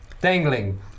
Dangling